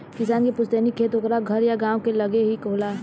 किसान के पुस्तैनी खेत ओकरा घर या गांव के लगे ही होला